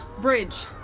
bridge